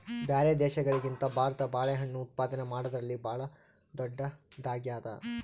ಬ್ಯಾರೆ ದೇಶಗಳಿಗಿಂತ ಭಾರತ ಬಾಳೆಹಣ್ಣು ಉತ್ಪಾದನೆ ಮಾಡದ್ರಲ್ಲಿ ಭಾಳ್ ಧೊಡ್ಡದಾಗ್ಯಾದ